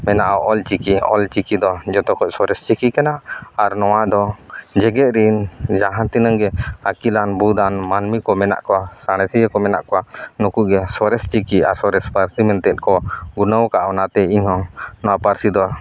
ᱢᱮᱱᱟᱜᱼᱟ ᱚᱞ ᱪᱤᱠᱤ ᱚᱞ ᱪᱤᱠᱤ ᱫᱚ ᱡᱚᱛᱚ ᱠᱷᱚᱡ ᱥᱚᱨᱮᱥ ᱪᱤᱠᱤ ᱠᱟᱱᱟ ᱟᱨ ᱱᱚᱣᱟᱫᱚ ᱡᱮᱜᱮᱫ ᱨᱤᱱ ᱡᱟᱦᱟᱸ ᱛᱤᱱᱟᱹᱜ ᱜᱮ ᱟᱹᱠᱤᱞᱟᱱ ᱵᱩᱫᱟᱱ ᱢᱟᱱᱢᱤ ᱠᱚ ᱢᱮᱱᱟᱜ ᱠᱚᱣᱟ ᱥᱟᱬᱮᱥᱤᱭᱟᱹ ᱠᱚ ᱢᱮᱱᱟᱜ ᱠᱚᱣᱟ ᱱᱩᱠᱩᱜᱮ ᱥᱚᱨᱮᱥ ᱪᱤᱠᱤ ᱟᱨ ᱥᱚᱨᱮᱥ ᱯᱟᱹᱨᱥᱤ ᱢᱮᱱᱛᱮᱱ ᱠᱚ ᱜᱩᱱᱟᱹᱣ ᱟᱠᱟᱫᱼᱟ ᱚᱱᱟᱛᱮ ᱤᱧᱦᱚᱸ ᱱᱚᱣᱟ ᱯᱟᱹᱨᱥᱤᱫᱚ